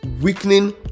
weakening